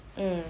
mm